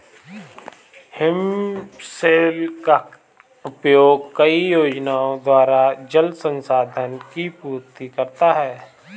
हिमशैल का उपयोग कई योजनाओं द्वारा जल संसाधन की पूर्ति करता है